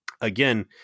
again